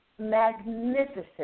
magnificent